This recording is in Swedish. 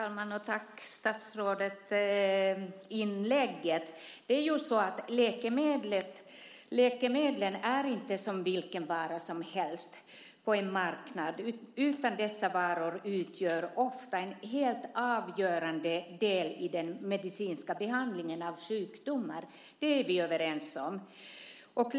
Herr talman! Tack för inlägget, statsrådet. Läkemedlen är inte som vilken vara som helst på en marknad, utan dessa varor utgör ofta en helt avgörande del i den medicinska behandlingen av sjukdomar. Det är vi överens om.